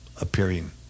appearing